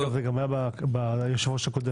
אגב, זה גם היה אצל היושב-ראש הקודם.